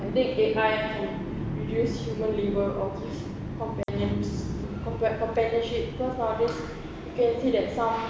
I think A_I reduce human labour or give companions companionship cause nowadays you can see that some